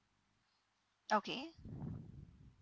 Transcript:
okay